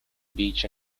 beach